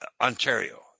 Ontario